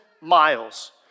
miles